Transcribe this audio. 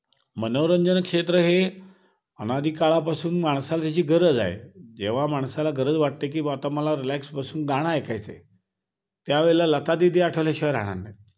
मनोरंजन क्षेत्र हे अनादी काळापासून माणसाला त्याची गरज आहे जेव्हा माणसाला गरज वाटते की बा आता मला रिलॅक्स बसून गाणं ऐकायचं आहे त्यावेळेला लतादीदी आठवल्या शिवाय राहणार नाहीत